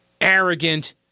arrogant